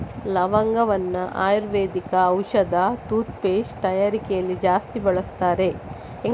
ಲವಂಗವನ್ನ ಆಯುರ್ವೇದ ಔಷಧ, toothpaste ತಯಾರಿಕೆಯಲ್ಲಿ ಜಾಸ್ತಿ ಬಳಸ್ತಾರೆ